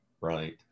right